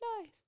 life